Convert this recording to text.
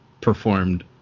performed